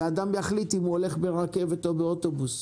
ואדם יחליט אם הוא נוסע ברכבת או באוטובוס.